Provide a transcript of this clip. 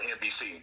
NBC